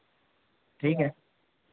ठीक है